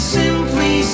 simply